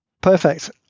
perfect